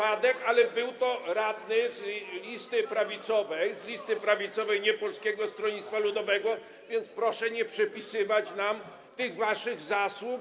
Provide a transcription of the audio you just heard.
ale to był radny z listy prawicowej, z listy prawicowej, a nie Polskiego Stronnictwa Ludowego, więc proszę nie przypisywać nam tych waszych zasług.